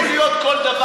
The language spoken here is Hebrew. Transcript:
אתה יודע על מה אתה מדבר?